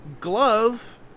glove